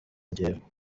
njyewe